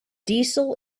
diesel